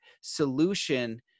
solution